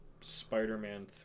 Spider-Man